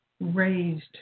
raised